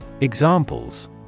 Examples